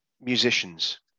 musicians